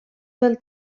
del